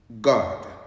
God